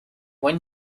when